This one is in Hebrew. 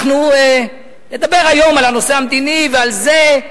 אנחנו נדבר היום על הנושא המדיני ועל זה,